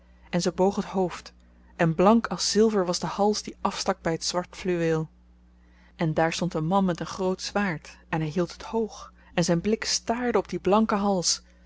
en ze boog het hoofd en blank als zilver was de hals die afstak by t zwart fluweel en daar stond een man met een groot zwaard en hy hield het hoog en zyn blik staarde op dien blanken hals